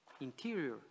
interior